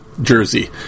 jersey